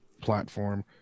platform